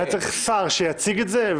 היה צריך שר שיציג את זה,